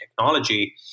technology